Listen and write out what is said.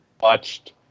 watched